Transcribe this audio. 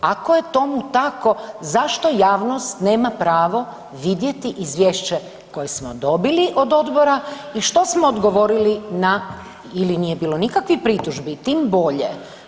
Ako je tomu tako zašto javnost nema pravo vidjeti izvješće koje smo dobili od odbora i što smo odgovorili na ili nije bilo nikakvih pritužbi tim bolje.